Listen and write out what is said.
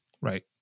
right